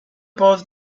pose